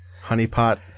honeypot